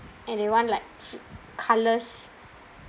and they want like colours